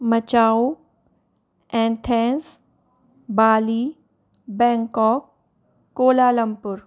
Macau Athens Bali Bangkok Kuala Lumpur